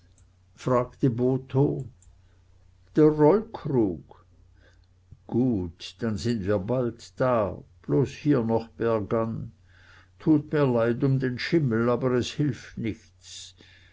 fragte botho der rollkrug gut dann sind wir bald da bloß hier noch bergan tut mir leid um den schimmel aber es hilft nichts